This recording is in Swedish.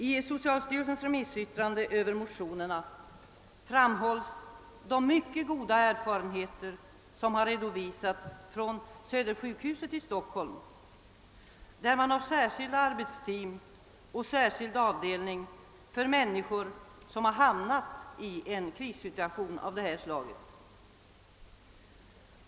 I socialstyrelsens remissyttrande över motionerna framhålls de mycket goda erfarenheter som redovisats från Södersjukhuset i Stockholm, där man har särskilda arbetsteam och en särskild avdelning för människor som hamnat i en krissituation av detta slag.